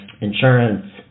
insurance